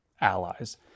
allies